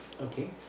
Okay